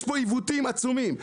יש פה עיוותים עצומים,